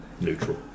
neutral